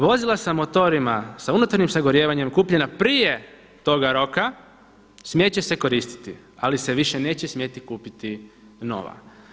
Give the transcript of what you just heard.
Vozila sa motorima sa unutarnjim sagorijevanjem kupljena prije toga roka smjeti će se koristiti ali se više neće smjeti kupiti nova.